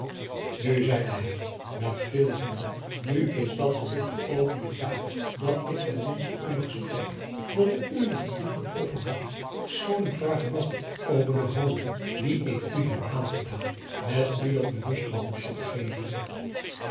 nu zeide hij met veel vuur nu is dat gelukkig oogenblik daar dat ik ten minste u mag spreken dat ik u met een diep getroffen hart verschooning vragen mag over den hoon dien ik u heb aangedaan met u dat bewuste mopsje te geven